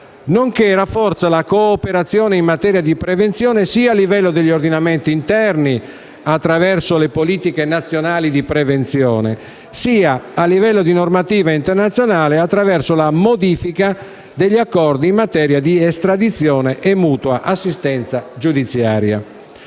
nonché rafforza la cooperazione in materia di prevenzione sia a livello degli ordinamenti interni (attraverso le politiche nazionali di prevenzione), sia a livello di normativa internazionale (attraverso la modifica degli accordi in materia di estradizione e mutua assistenza giudiziaria).